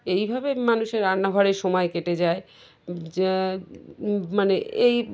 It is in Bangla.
এই ভাবে মানুষের রান্নাঘরে সময় কেটে যায় মানে এই